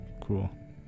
Cool